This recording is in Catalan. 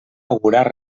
augurar